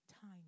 time